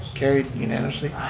carried unanimously.